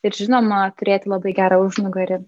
ir žinoma turėti labai gerą užnugarį